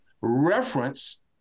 reference